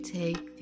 take